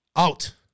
Out